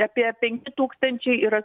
apie penki tūkstančiai yra